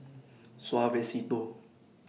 Suavecito